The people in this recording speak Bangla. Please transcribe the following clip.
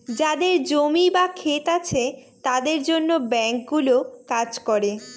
যাদের জমি বা ক্ষেত আছে তাদের জন্য ব্যাঙ্কগুলো কাজ করে